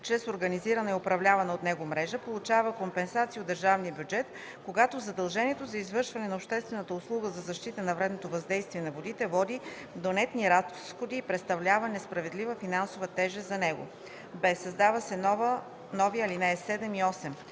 чрез организирана и управлявана от него мрежа, получава компенсация от държавния бюджет, когато задължението за извършване на обществената услуга за защита от вредното въздействие на водите води до нетни разходи и представлява несправедлива финансова тежест за него.” б) създават се нови алинеи 7 и 8: